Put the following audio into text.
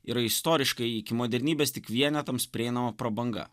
yra istoriškai iki modernybės tik vienetams prieinama prabanga